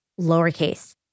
lowercase